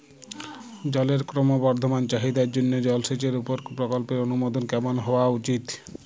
জলের ক্রমবর্ধমান চাহিদার জন্য জলসেচের উপর প্রকল্পের অনুমোদন কেমন হওয়া উচিৎ?